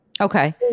Okay